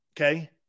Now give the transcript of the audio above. okay